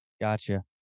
Gotcha